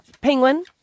Penguin